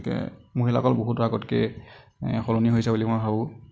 গতিকে মহিলাসকল বহুতো আগতকৈ এ সলনি হৈছে বুলি মই ভাবোঁ